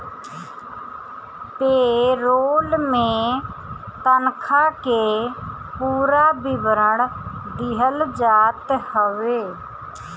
पे role में तनखा के पूरा विवरण दिहल जात हवे